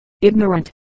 ignorant